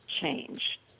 change